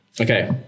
Okay